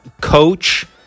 coach